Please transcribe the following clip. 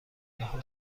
رها